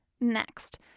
Next